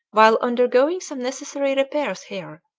while undergoing some necessary repairs here,